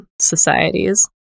societies